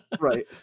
Right